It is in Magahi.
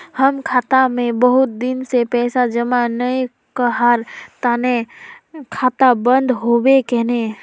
हम खाता में बहुत दिन से पैसा जमा नय कहार तने खाता बंद होबे केने?